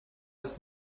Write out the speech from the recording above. ist